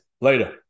later